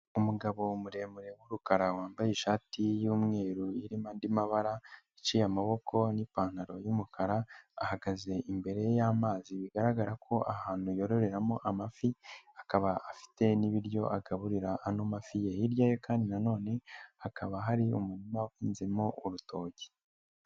Umugabo muremure w'urukara wambaye ishati y'umweru irimo andi mabara iciye amaboko n'ipantaro y'umukara ahagaze imbere y'amazi, bigaragara ko ahantu yororeramo amafi akaba afite n'ibiryo agaburira ano mafi ye, hirya ye kandi nanone hakaba hari umurima uhinzemo urutoki.